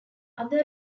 other